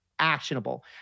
actionable